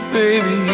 baby